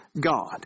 God